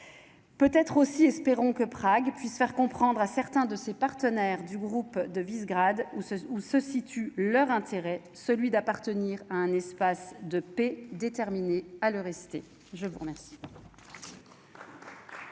peut être aussi, espérons que Prague puisse faire comprendre à certains de ses partenaires du Groupe de Visegrád où se où se situe leur intérêt: celui d'appartenir à un espace de paix déterminé à le rester, je vous remercie.